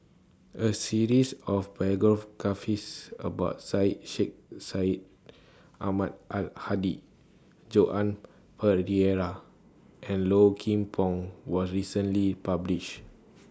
A series of about Syed Sheikh Syed Ahmad Al Hadi Joan Pereira and Low Kim Pong was recently published